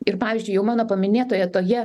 ir pavyzdžiui jau mano paminėtoje toje